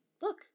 look